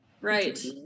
Right